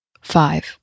five